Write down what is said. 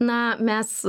na mes